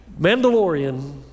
Mandalorian